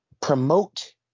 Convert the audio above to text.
promote